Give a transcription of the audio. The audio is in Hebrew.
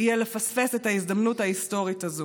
יהיה לפספס את ההזדמנות ההיסטורית הזאת.